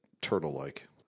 turtle-like